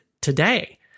today